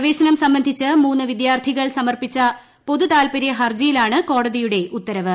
പ്രവേശനം സംബന്ധിച്ച് മൂന്ന് വിദ്യാർത്ഥിനികൾ സമർപ്പിച്ച പൊതു താൽപരൃ ഹർജിയിലാണ് കോടതിയുടെ ഉത്തരവ്